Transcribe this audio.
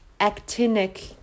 actinic